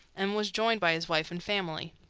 and was joined by his wife and family.